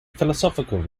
philosophical